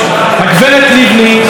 הגברת לבני,